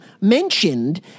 mentioned